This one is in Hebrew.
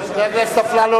חבר הכנסת אפללו,